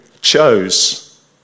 chose